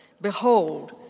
behold